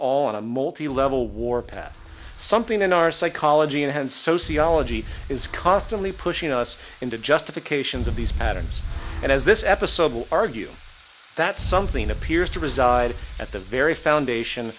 all in a multi level war path something in our psychology and sociology is constantly pushing us into justifications of these patterns and as this episode will argue that something appears to reside at the very foundation